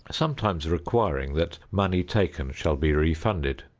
sometimes requiring that money taken shall be refunded.